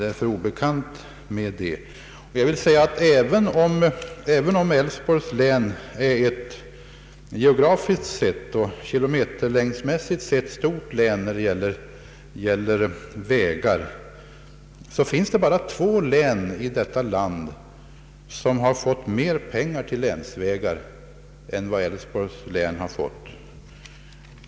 Även om detta län är stort när man räknar efter kilometerlängden på vägarna finns det endast två län som fått mera pengar till länsvägar än Älvsborgs län.